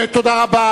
תודה רבה.